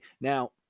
now